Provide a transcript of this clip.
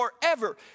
forever